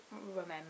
remember